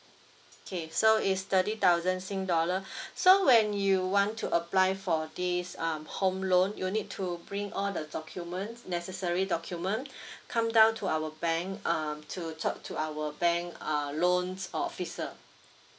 okay so is thirty thousand sing dollar so when you want to apply for this um home loan you'll need to bring all the documents necessary document come down to our bank um to talk to our bank uh loan uh officer